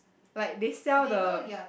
like they sell the